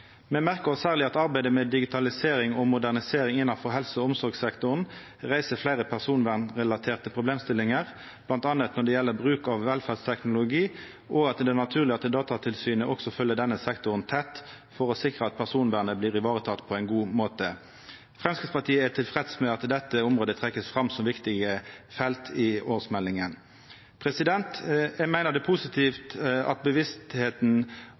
Me merker oss særleg at arbeidet med digitalisering og modernisering innanfor helse- og omsorgssektoren reiser fleire personvernrelaterte problemstillingar, bl.a. når det gjeld bruk av velferdsteknologi, og at det er naturleg at Datatilsynet også følgjer denne sektoren tett for å sikra at personvernet blir ivareteke på ein god måte. Framstegspartiet er tilfreds med at ein trekkjer fram dette området som eit viktig felt i årsmeldinga. Eg meiner det er positivt at